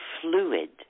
fluid